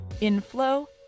inflow